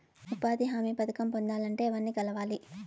ఉపాధి హామీ పథకం పొందాలంటే ఎవర్ని కలవాలి?